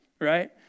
right